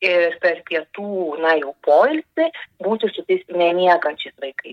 ir per pietų na jau poilsį būtų su tais nemiegančiais vaikai